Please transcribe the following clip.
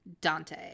Dante